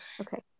Okay